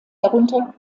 darunter